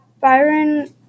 Byron